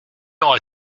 aura